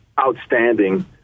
outstanding